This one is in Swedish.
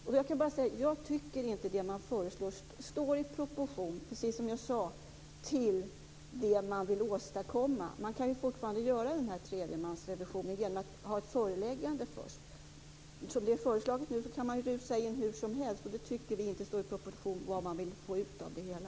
Jag tycker inte, precis som jag sade, att det man föreslår står i proportion till det man vill åstadkomma. Man kan fortfarande göra tredjemansrevisioner genom att först ha ett föreläggande. Som det är föreslaget nu kan man rusa in hursomhelst. Det tycker vi inte står i proportion till vad man vill få ut av det hela.